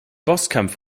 bosskampf